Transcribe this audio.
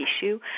tissue